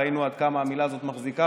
ראינו עד כמה המילה הזאת מחזיקה,